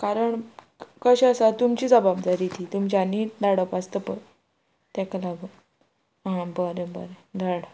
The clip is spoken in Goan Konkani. कारण कशें आसा तुमची जबाबदारी ती तुमच्यांनी धाडप आसता पय तेका लागून आं बरें बरें धाड